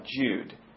Jude